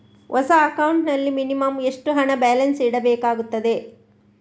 ಹೊಸ ಅಕೌಂಟ್ ನಲ್ಲಿ ಮಿನಿಮಂ ಎಷ್ಟು ಹಣ ಬ್ಯಾಲೆನ್ಸ್ ಇಡಬೇಕಾಗುತ್ತದೆ?